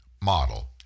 model